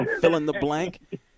fill-in-the-blank